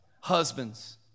husbands